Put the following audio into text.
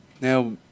Now